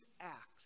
acts